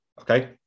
okay